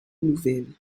nouvelle